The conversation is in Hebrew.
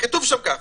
כתוב שם ככה: